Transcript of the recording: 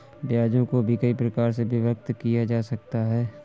ब्याजों को भी कई प्रकार से विभक्त किया जा सकता है